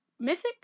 mythic